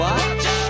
Watch